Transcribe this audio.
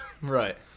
Right